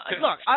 Look